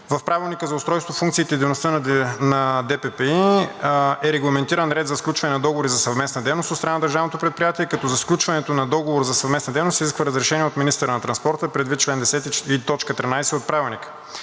В Правилника за устройството, функциите и дейността на ДППИ е регламентиран ред за сключване на договори за съвместна дейност от страна на държавното предприятие, като за сключването на договор за съвместна дейност се изисква разрешение от министъра на транспорта, предвид чл. 10 и т. 13 от Правилника.